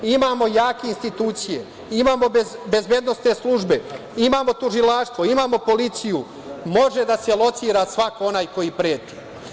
Imamo jake institucije, imamo bezbednosne službe, imamo tužilaštvo, imamo policiju, može da se locira svako onaj koji preti.